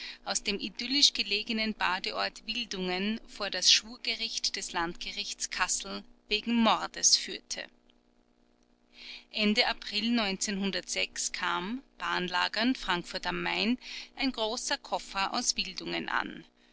aus dem idyllisch gelegenen badeort wildungen vor das schwurgericht des landgerichts kassel wegen mordes führte ende april kam bahnlagernd frankfurt a m ein großer koffer aus wildungen an